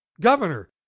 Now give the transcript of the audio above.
Governor